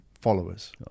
followers